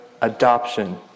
adoption